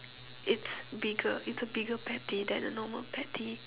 it's bigger it's a bigger patty than a normal patty